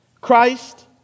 Christ